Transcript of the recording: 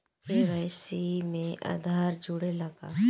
KYC में आधार जुड़े ला का?